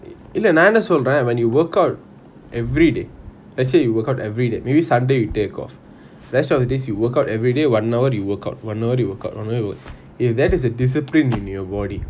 இல்ல நான் என்ன சொல்றன்:illa naan enna solran when you workout everyday let's say you workout everyday maybe saturday you take off rest of the days you work out everyday one hour you work out one hour you work out one hour you work out yo that is a discipline in your body